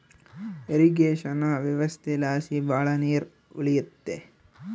irrigation ವ್ಯವಸ್ಥೆಲಾಸಿ ಭಾಳ ನೀರ್ ಉಳಿಯುತ್ತೆ